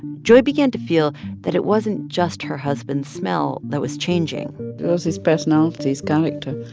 joy began to feel that it wasn't just her husband's smell that was changing it was his personality, his character.